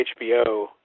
HBO